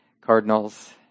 cardinals